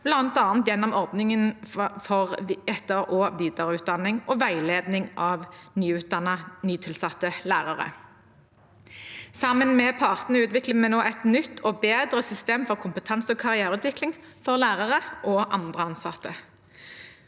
bl.a. gjennom ordningen for etter- og videreutdanning og veiledning av nyutdannede nytilsatte lærere. Sammen med partene utvikler vi nå et nytt og bedre system for kompetanse- og karriereutvikling for lærere og andre ansatte.